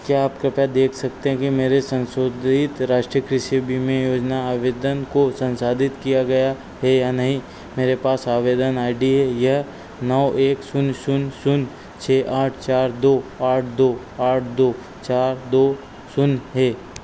क्या आप कृपया देख सकते हैं कि मेरे संशोधित राष्ट्रीय कृषि बीमा योजना आवेदन को संसाधित किया गया है या नहीं मेरे पास आवेदन आई डी है यह नौ एक शून्य शून्य शून्य छः आठ चार दो आठ दो आठ दो चार दो शून्य है